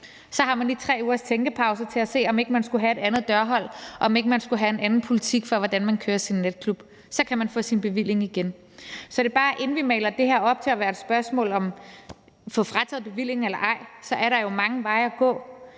Så har man lige 3 ugers tænkepause til at se, om ikke man skulle have et andet dørhold, og om ikke man skulle have en anden politik for, hvordan man kører sin natklub. Så kan man få sin bevilling igen. Så det er bare for at sige, inden vi maler det her op til at være et spørgmål om at få frataget bevillingen eller ej, at der jo er mange veje at gå.